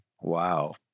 Wow